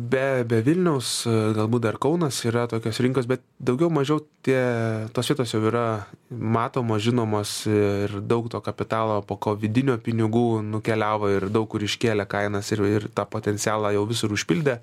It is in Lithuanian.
be be vilniaus galbūt dar kaunas yra tokios rinkos bet daugiau mažiau tie tos vietos jau yra matomos žinomos ir daug to kapitalo po ko vidinių pinigų nukeliavo ir daug kur iškėlė kainas ir ir tą potencialą jau visur užpildė